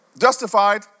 justified